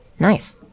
nice